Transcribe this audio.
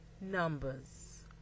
numbers